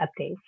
updates